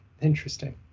interesting